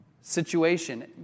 situation